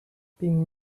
being